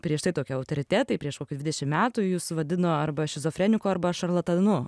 prieš tai tokie autoritetai prieš kokius dvidešim metų jus vadino arba šizofreniku arba šarlatanu